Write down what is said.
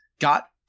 got